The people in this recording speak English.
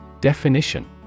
Definition